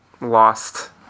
lost